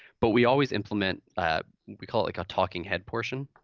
but we always implement we call it like a talking head portion.